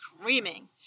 screaming